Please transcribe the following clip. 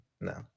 No